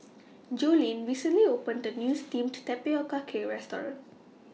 Joline recently opened A New Steamed Tapioca Cake Restaurant